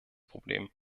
problem